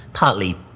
partly